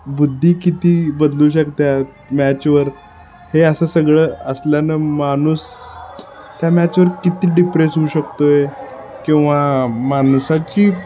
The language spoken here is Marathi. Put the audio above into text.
बुद्धी किती बदलू शकते मॅचवर हे असं सगळं असल्यानं माणूस त्या मॅचवर किती डिप्रेस होऊ शकतो आहे किंवा माणसाची